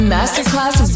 Masterclass